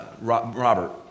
Robert